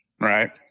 Right